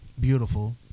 beautiful